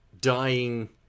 dying